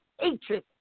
hatred